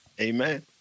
Amen